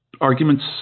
arguments